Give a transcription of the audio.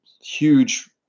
huge